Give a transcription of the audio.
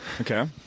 Okay